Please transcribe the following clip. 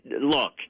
look